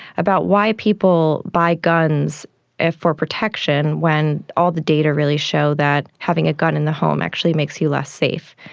about why people buy guns ah for protection when all the data really show that having having a gun in the home actually makes you less safe.